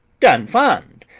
done fond,